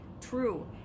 true